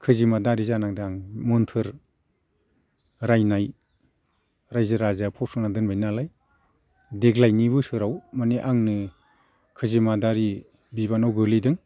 खैजिमा दारि जानांदों आं मोन्थोर रायनाय रायजो राजाया फसंना दोनबाय नालाय देग्लायनि बोसोराव माने आंनो खैजिमा दारि बिबानाव गोग्लैदों